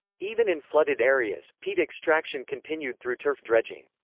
even in flooded areas, peat extraction continued through turf dredging.